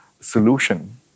solution